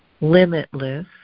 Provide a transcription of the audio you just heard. limitless